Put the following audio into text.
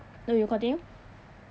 no you continue